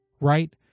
right